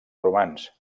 romans